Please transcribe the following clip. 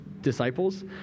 disciples